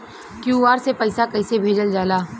QR से पैसा कैसे भेजल जाला?